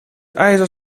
ijzer